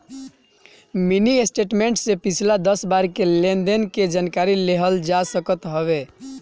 mini statement से पिछला दस बार के लेनदेन के जानकारी लेहल जा सकत हवे